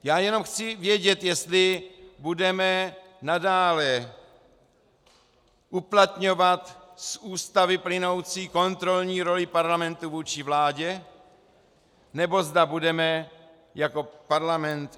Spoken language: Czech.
Já jenom chci vědět, jestli budeme nadále uplatňovat z Ústavy plynoucí kontrolní roli parlamentu vůči vládě, nebo zda budeme jako parlament v defenzivě.